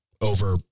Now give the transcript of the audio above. over